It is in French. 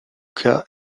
cas